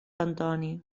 antoni